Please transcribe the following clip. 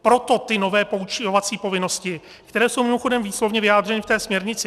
Proto ty nové poučovací povinnosti, které jsou mimochodem výslovně vyjádřeny v té směrnici.